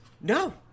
No